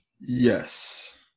Yes